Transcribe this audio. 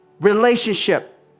relationship